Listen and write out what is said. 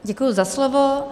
Děkuji za slovo.